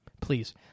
please